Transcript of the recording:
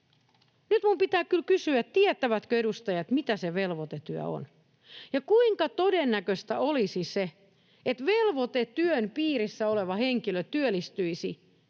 Nyt minun pitää kyllä kysyä, tietävätkö edustajat, mitä se velvoitetyö on ja kuinka todennäköistä olisi se, että velvoitetyön piirissä oleva henkilö työllistyisi